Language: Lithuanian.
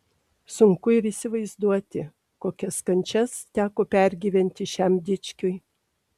sunku ir įsivaizduoti kokias kančias teko pergyventi šiam dičkiui